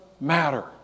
matter